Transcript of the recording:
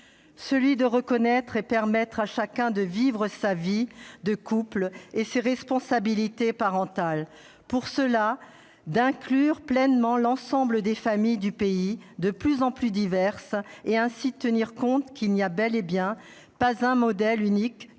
celui de reconnaître et de permettre à chacun de vivre sa vie de couple et ses responsabilités parentales et, pour ce faire, d'inclure pleinement l'ensemble des familles du pays, de plus en plus diverses, et ainsi de tenir compte du fait qu'il n'y a bel et bien pas un modèle unique